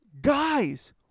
guys